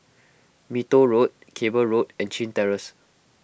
Mee Toh Road Cable Road and Chin Terrace